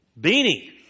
Beanie